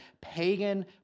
pagan